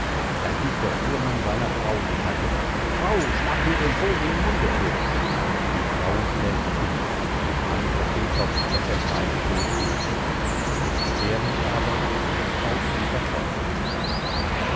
da giebt der fuhrmann seiner frau die hacke frau schlag mir den vogel im munde todt die frau schlägt fehl dem mann auf den kopf daß er gleich todt hinfällt der sperling aber fliegt auf und davon